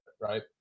right